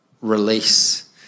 release